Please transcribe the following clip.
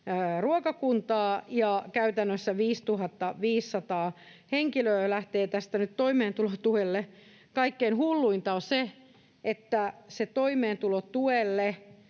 ruokakuntaa ja käytännössä 5 500 henkilöä lähtee tästä nyt toimeentulotuelle. Kaikkein hulluinta on se, että se toimeentulotuelle